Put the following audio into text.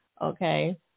okay